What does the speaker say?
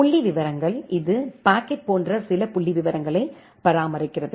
புள்ளிவிவரங்கள் இது பாக்கெட் போன்ற சில புள்ளிவிவரங்களை பராமரிக்கிறது